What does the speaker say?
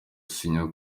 asinya